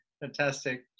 fantastic